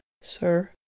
sir